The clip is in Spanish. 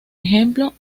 ejemplo